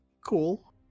cool